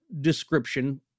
description